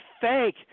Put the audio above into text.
fake